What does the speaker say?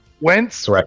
Wentz